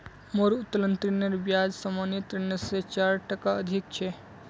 मोर उत्तोलन ऋनेर ब्याज सामान्य ऋण स चार टका अधिक छ